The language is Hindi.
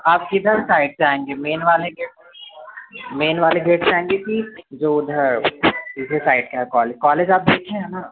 आप किधर साइड से आएंगे मेन वाले गेट मेन वाले गेट से आएंगे कि जो उधर दूसरी साइड के है कॉलेज कॉलेज आप देखे हैं न